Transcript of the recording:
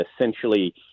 essentially